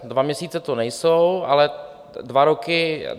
Dva měsíce to nejsou, ale dva roky jo.